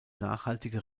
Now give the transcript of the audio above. nachhaltige